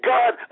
God